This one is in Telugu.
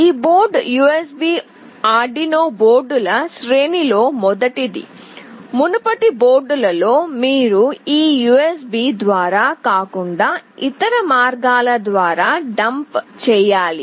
ఈ బోర్డు USB Arduino బోర్డుల శ్రేణిలో మొదటిది మునుపటి బోర్డులలో మీరు ఈ USB ద్వారా కాకుండా ఇతర మార్గాల ద్వారా డంప్ చేయాలి